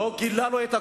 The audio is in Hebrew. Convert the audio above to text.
לא גילה לו את הכול.